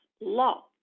Law